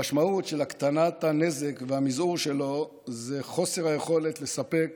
המשמעות של הקטנת הנזק והמזעור שלו זה חוסר היכולת לספק